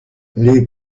les